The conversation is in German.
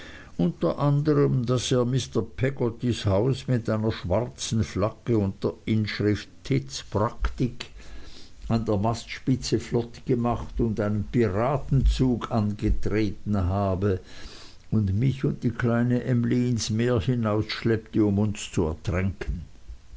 unter anderm daß er mr peggottys haus mit einer schwarzen flagge und der inschrift tidds praktik an der mastspitze flott gemacht und einen piratenzug angetreten habe und mich und die kleine emly ins meer hinausschleppte um uns zu ertränken